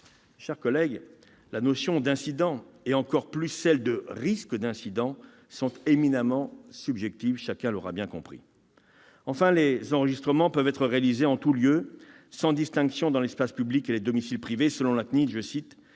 chers collègues, la notion d'incident et, plus encore, celle de risque d'incident sont éminemment subjectives, chacun l'aura bien compris. Enfin, les enregistrements peuvent être réalisés en tous lieux, sans distinction entre l'espace public et les domiciles privés. Selon la CNIL, « des